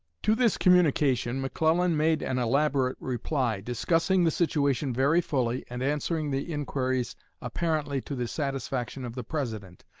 to this communication mcclellan made an elaborate reply, discussing the situation very fully, and answering the inquiries apparently to the satisfaction of the president,